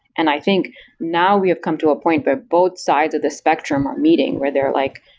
and i think now we have come to a point where both sides of the spectrum are meeting where they're like,